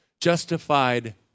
justified